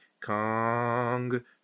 Kong